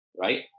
Right